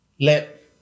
Let